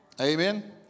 Amen